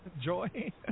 Joy